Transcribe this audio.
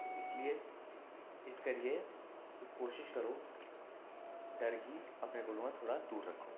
ते इसलिए इस करियै तुस कोशिश करो डर गी अपने कोलां थोह्ड़ा दूर रक्खो